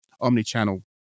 omni-channel